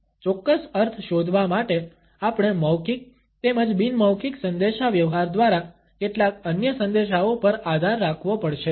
ચોક્કસ અર્થ શોધવા માટે આપણે મૌખિક તેમજ બિન મૌખિક સંદેશાવ્યવહાર દ્વારા કેટલાક અન્ય સંદેશાઓ પર આધાર રાખવો પડશે